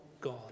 God